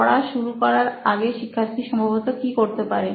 পড়া শুরু করার আগে শিক্ষার্থী সম্ভবত কি করতে পারে